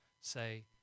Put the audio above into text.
say